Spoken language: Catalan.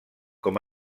com